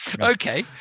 okay